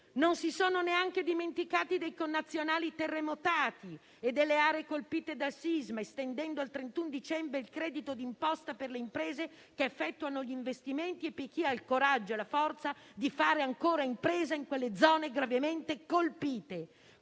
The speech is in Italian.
«Non ci siamo dimenticati dei connazionali terremotati e delle aree colpite da sisma, estendendo al 31 dicembre il credito d'imposta per le imprese che effettuano gli investimenti e per chi ha il coraggio e la forza di fare ancora impresa in quelle zone gravemente colpite,